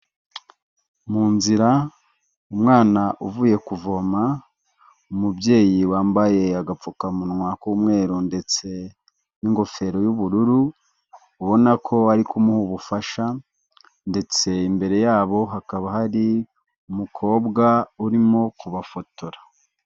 Mu nzira umwana uvuye kuvoma, umubyeyi wambaye agapfukamunwa k'umweru ndetse n'ingofero y'ubururu; ubona ko ari kumuha ubufasha ndetse imbere yabo hakaba hari umukobwa urimo kubafotora.